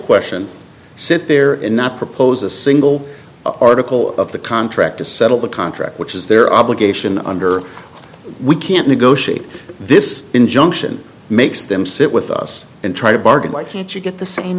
question sit there and not propose a single article of the contract to settle the contract which is their obligation under we can't negotiate this injunction makes them sit with us and try to bargain why can't you get the same